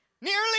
nearly